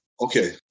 Okay